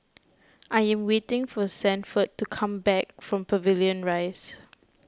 I am waiting for Sanford to come back from Pavilion Rise